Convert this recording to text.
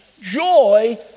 joy